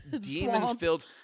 demon-filled